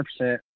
100%